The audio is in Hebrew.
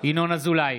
ינון אזולאי,